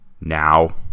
Now